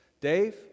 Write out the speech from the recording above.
Dave